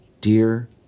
dear